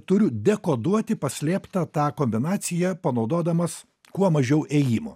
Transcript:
turiu dekoduoti paslėptą tą kombinaciją panaudodamas kuo mažiau ėjimų